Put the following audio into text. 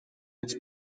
its